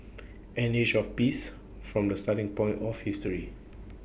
an age of peace from the starting point of history